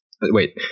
Wait